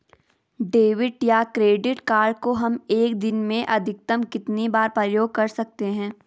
Debit या credit card को हम एक दिन में अधिकतम कितनी बार प्रयोग कर सकते हैं?